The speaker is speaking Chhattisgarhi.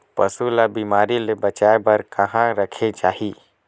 पशु ला बिमारी ले बचाय बार कहा रखे चाही?